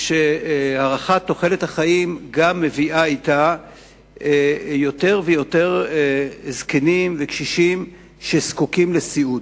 שהארכת תוחלת החיים מביאה אתה יותר ויותר זקנים וקשישים שזקוקים לסיעוד.